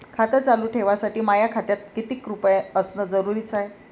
खातं चालू ठेवासाठी माया खात्यात कितीक रुपये असनं जरुरीच हाय?